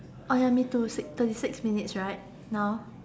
oh ya me too six thirty six minutes right now